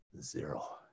Zero